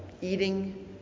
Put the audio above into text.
eating